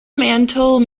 mantle